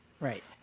Right